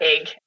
egg